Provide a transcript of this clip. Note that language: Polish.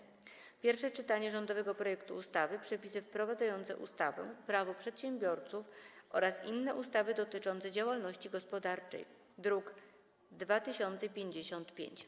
21. Pierwsze czytanie rządowego projektu ustawy Przepisy wprowadzające ustawę Prawo przedsiębiorców oraz inne ustawy dotyczące działalności gospodarczej (druk nr 2055)